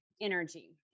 energy